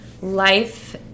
life